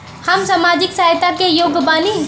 हम सामाजिक सहायता के योग्य बानी?